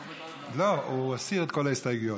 לא, הוא הסיר את כל ההסתייגויות.